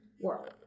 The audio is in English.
world